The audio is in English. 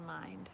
mind